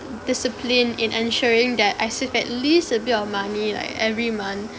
disciplined in ensuring that I save at least a bit of money like every month